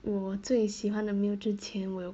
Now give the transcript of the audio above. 我最喜欢的 meal 之前我有